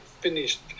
finished